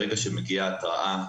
ברגע שמגיעה התרעה,